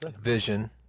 Vision